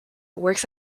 works